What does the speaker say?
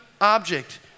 object